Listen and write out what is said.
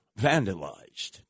vandalized